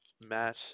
Matt